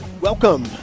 Welcome